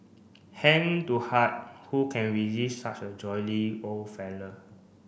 hand to heart who can resist such a jolly old fellow